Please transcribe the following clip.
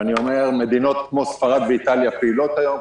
מדינות כמו ספרד ואיטליה פעילות היום.